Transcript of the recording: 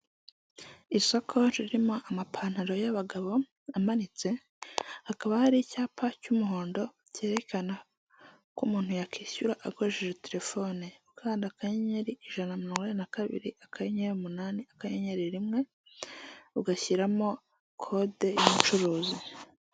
Isoko ririmo amapantalo y'abagabo amanitse; hakaba hari icyapa cy'umuhondo cyerekana ko umuntu yakishyura akoresheje telefone; ukanda akanyenyeri ijana na mirongo inani na kabiri akanyenyeri umunani akanyeyeri rimwe; ugashyiramo kode y'umucuruzi.